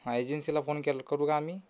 एजन्सीला फोन केल करू का आम्ही